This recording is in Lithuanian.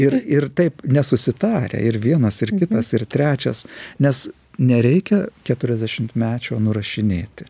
ir ir taip nesusitarę ir vienas ir kitas ir trečias nes nereikia keturiasdešimtmečio nurašinėti